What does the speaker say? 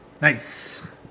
Nice